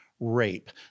rape